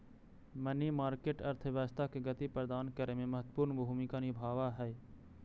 money market अर्थव्यवस्था के गति प्रदान करे में महत्वपूर्ण भूमिका निभावऽ हई